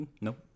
Nope